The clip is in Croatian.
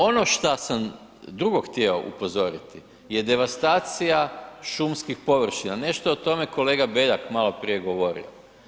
Ono šta sam drugo htio upozoriti je devastacija šumskih površina, nešto o tome je kolega Beljak maloprije govorio.